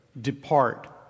depart